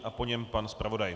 A po něm pan zpravodaj.